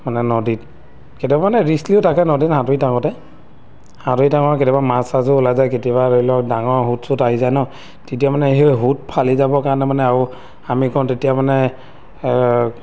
মানে নদীত কেতিয়াবা মানে ৰিষ্টটিও থাকে নদীত সাঁতুৰি থাকোঁতে সাঁতুৰি থাকোঁ আৰু কেতিয়াবা মাছ ছাচো ওলাই যায় কেতিয়াবা ধৰি লওক ডাঙৰ সোঁত চুট আহি যায় ন তেতিয়া মানে সেই সোঁত ফালি যাবৰ কাৰণে মানে আৰু আমি কওঁ তেতিয়া মানে